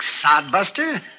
sodbuster